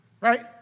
Right